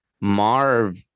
Marv